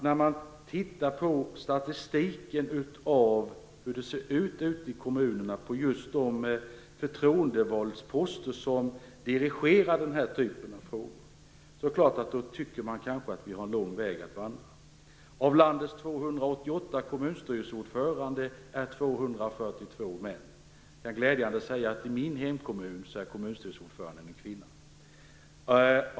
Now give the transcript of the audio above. När man tittar på statistiken över hur det ser ut i kommunerna när det gäller de förtroendevalda som dirigerar den här typen av frågor tycker man kanske att vi har lång väg att vandra. Av landets 288 kommunstyrelseordförande är 242 män. Jag kan säga att kommunstyrelseordföranden i min hemkommun glädjande nog är en kvinna.